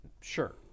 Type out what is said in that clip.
Sure